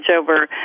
over